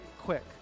quick